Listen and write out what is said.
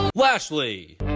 Lashley